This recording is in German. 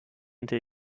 unter